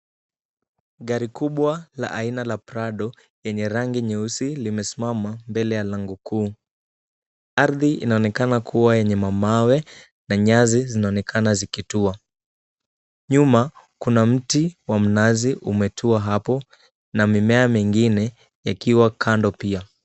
Gari kubwa la aina la Prado lenye rangi nyeusi limesimama mbele ya lango kuu. Ardhi inaonekana kuwa yenye mamawe na nyasi zinaonekana zikitua. Nyuma kuna mti wa mnazi umetua hapo na mimea mengine yakiwa hapo pia.